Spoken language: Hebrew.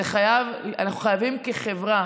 כחברה